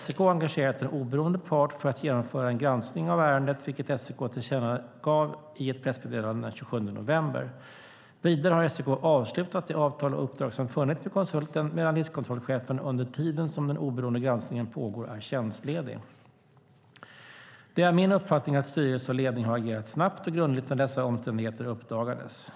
SEK har engagerat en oberoende part för att genomföra en granskning av ärendet, vilket SEK tillkännagav i ett pressmeddelande den 27 november. Vidare har SEK avslutat det avtal och uppdrag som funnits med konsulten, medan riskkontrollchefen under tiden som den oberoende granskningen pågår är tjänstledig. Det är min uppfattning att styrelse och ledning har agerat snabbt och grundligt när dessa omständigheter uppdagades.